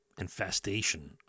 infestation